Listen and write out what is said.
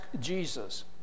Jesus